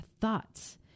thoughts